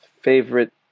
Favorite